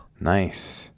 Nice